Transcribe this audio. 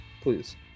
please